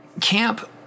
Camp